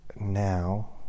now